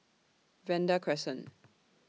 Vanda Crescent